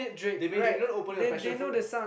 they made it Drake you know the opening of passion fruit